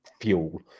fuel